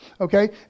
okay